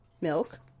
milk